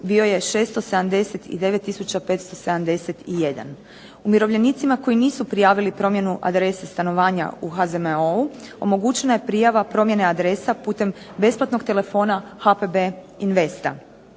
bio je 679 tisuća 571. Umirovljenicima koji nisu prijavili promjenu adrese stanovanje u HZMO-u omogućena je prijava promjene adresa putem besplatnog telefona HPB Investa.